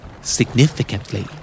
significantly